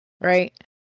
right